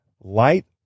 Light